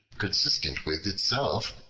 consistent with itself,